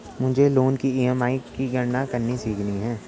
मुझे लोन की ई.एम.आई की गणना करनी सीखनी है